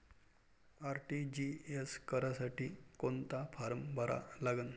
RTGS करासाठी कोंता form भरा लागन?